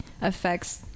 Affects